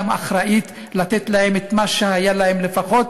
היא גם אחראית לתת להם את מה שהיה להם לפחות,